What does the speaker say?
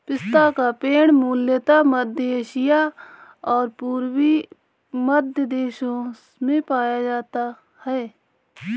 पिस्ता का पेड़ मूलतः मध्य एशिया और पूर्वी मध्य देशों में पाया जाता है